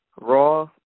Raw